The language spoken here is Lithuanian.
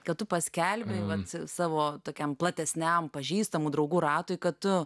kartu paskelbiant savo tokiam platesniam pažįstamų draugų ratui kad tu